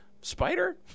Spider